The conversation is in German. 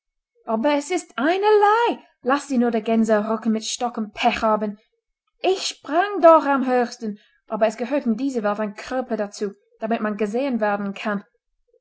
aber es ist einerlei laß sie nur den gänserücken mit stock und pech haben ich sprang doch am höchsten aber es gehört in dieser welt ein körper dazu damit man gesehen werden kann